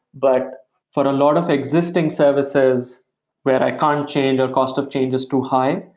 but for a lot of existing services where i can't change, or cost of change is too high,